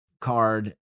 card